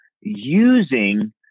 using